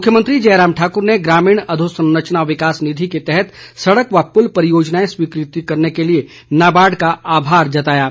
मुख्यमंत्री जयराम ठाकुर ने ग्रामीण अधोसंरचना विकास निधी के तहत सड़क व पुल परियोजनाएं स्वीकृत करने के लिए नाबार्ड का आभार जताया है